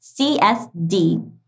CSD